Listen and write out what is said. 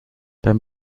beim